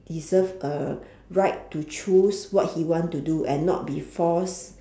deserve a right to choose what he want to do and not be forced